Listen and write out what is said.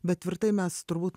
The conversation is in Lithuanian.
bet tvirtai mes turbūt